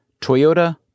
Toyota